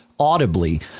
audibly